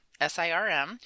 SIRM